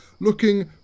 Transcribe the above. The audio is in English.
looking